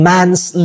Man's